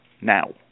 now